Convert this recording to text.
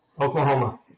Oklahoma